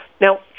now